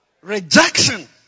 Rejection